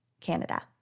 Canada